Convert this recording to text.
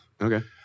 Okay